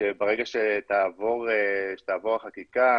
שברגע שתעבור החקיקה